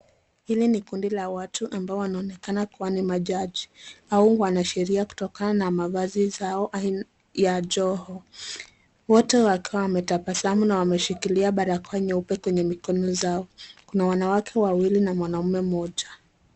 Hili ni kundi la watu ambao wanaonekana kuwa ni majaji au wanasheria kutokana na mavazi zao ya joho. Wote wakiwa wametabasamu na wameshikilia barakoa nyeupe kwenye mikono zao kuna wanawake wawili na mwanaume mmoja.